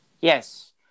Yes